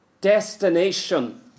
destination